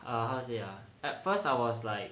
ah how to say ah at first I was like